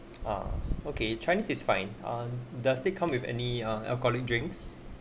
uh okay chinese is fine ah does it come with any uh alcoholic drinks